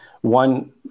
one